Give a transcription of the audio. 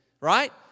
right